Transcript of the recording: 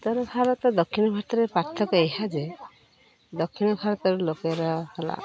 ଉତ୍ତର ଭାରତ ଦକ୍ଷିଣ ଭାରତରେ ପାର୍ଥକ୍ୟ ଏହା ଯେ ଦକ୍ଷିଣ ଭାରତର ଲୋକେରା ହେଲା